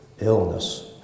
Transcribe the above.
illness